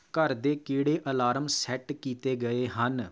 ਘਰ ਦੇ ਕਿਹੜੇ ਅਲਾਰਮ ਸੈੱਟ ਕੀਤੇ ਗਏ ਹਨ